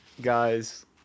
guys